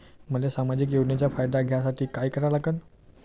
मले सामाजिक योजनेचा फायदा घ्यासाठी काय करा लागन?